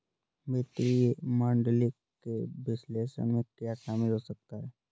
वित्तीय मॉडलिंग के विश्लेषण में क्या शामिल हो सकता है?